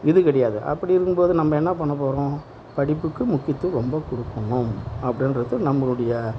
இது கிடையாது அப்படி இருக்கும் போது நம்ம என்ன பண்ண போகிறோம் படிப்புக்கு முக்கியத்துவம் ரொம்ப கொடுக்கணும் அப்படின்றது நம்மளுடைய